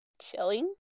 chilling